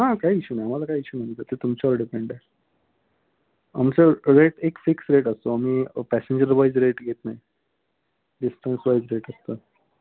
हां काही इश्यू नाही आम्हाला काही इश्यू नाही तर ते तुमच्यावर डिपेंड आहे आमचा रेट एक फिक्स रेट असतो आम्ही पॅसेंजर वाईज रेट घेत नाही डिस्टन्स वाईज रेट असतो